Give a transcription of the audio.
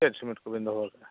ᱪᱮᱫ ᱥᱤᱢᱮᱱᱴ ᱠᱚᱵᱤᱱ ᱫᱚᱦᱚ ᱠᱟᱜᱼᱟ